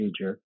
procedure